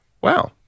Wow